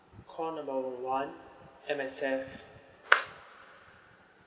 call number one M_S_F